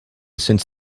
since